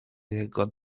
jego